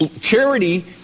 Charity